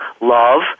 love